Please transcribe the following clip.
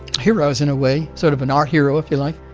heroes in a way sort of an art hero if you like.